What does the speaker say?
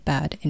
Bad